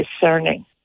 discerning